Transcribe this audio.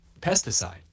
pesticide